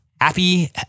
happy